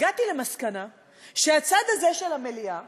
הגעתי למסקנה שהצד הזה של המליאה,